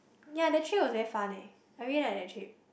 ya that trip was very fun eh I really like that trip